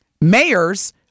Mayors